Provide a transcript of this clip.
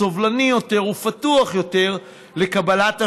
סובלני יותר ופתוח יותר לקבלת השונה,